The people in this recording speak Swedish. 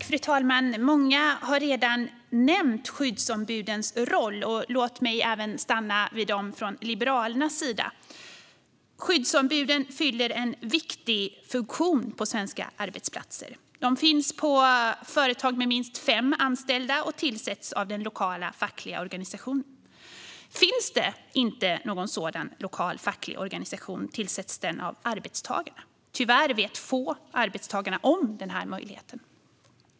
Fru talman! Många har redan nämnt skyddsombudens roll. Låt mig även stanna vid dem från Liberalernas sida. Skyddsombuden fyller en viktig funktion på svenska arbetsplatser. De finns på företag med minst fem anställda och tillsätts av den lokala fackliga organisationen. Finns det inte någon sådan lokal facklig organisation tillsätts de av arbetstagarna. Tyvärr vet få arbetstagare om den möjligheten.